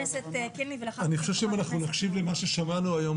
אני חושב שאם אנחנו נקשיב למה ששמענו היום,